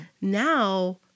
Now